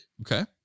Okay